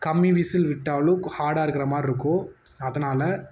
கம்மி விசில் விட்டாலும் க ஹார்டாக இருக்கிற மாரியிருக்கும் அதனால்